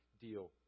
deal